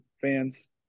fans